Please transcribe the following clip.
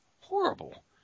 Horrible